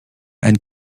and